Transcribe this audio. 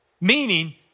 Meaning